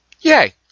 yay